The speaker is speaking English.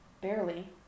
Barely